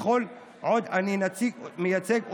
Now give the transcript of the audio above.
כל עוד אני מייצג אותן,